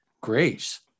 grace